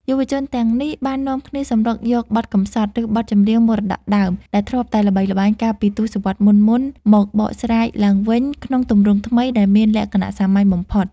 យុវជនទាំងនេះបាននាំគ្នាសម្រុកយកបទកម្សត់ ឬបទចម្រៀងមរតកដើម ដែលធ្លាប់តែល្បីល្បាញកាលពីទសវត្សរ៍មុនៗ មកបកស្រាយឡើងវិញក្នុងទម្រង់ថ្មី ដែលមានលក្ខណៈសាមញ្ញបំផុត។